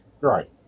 Right